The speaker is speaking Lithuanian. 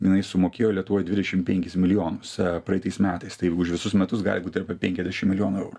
jinai sumokėjo lietuvoj dvidešim penkis milijonus praeitais metais tai už visus metus gali būt apie penkiadešim milijonų eurų